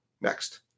Next